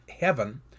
heaven